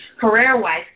Career-wise